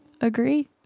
agree